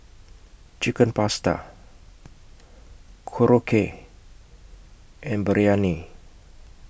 Chicken Pasta Korokke and Biryani